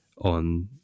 on